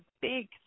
big